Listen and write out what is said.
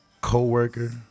coworker